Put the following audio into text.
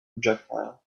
projectile